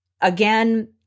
again